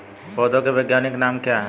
पौधों के वैज्ञानिक नाम क्या हैं?